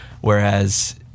whereas